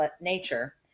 nature